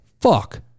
Fuck